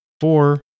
Four